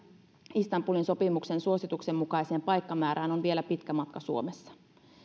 istanbulin sopimuksen suosituksen mukaiseen paikkamäärään on vielä pitkä matka suomessa